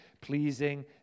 pleasing